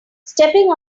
stepping